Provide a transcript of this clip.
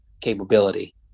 capability